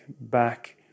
back